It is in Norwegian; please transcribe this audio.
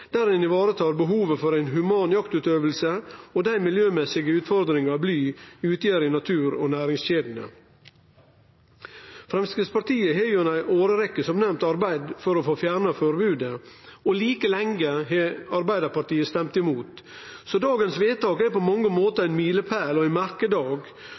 der ein varetar behovet for ei human jaktutøving og dei miljømessige utfordringar bly utgjer i natur og næringskjedene. Framstegspartiet har gjennom ei årrekkje som nemnt arbeidd for å få fjerna forbodet, og like lenge har Arbeidarpartiet stemt mot. Dagens vedtak er på mange måtar ein milepæl og ein merkedag